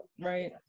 right